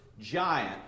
giant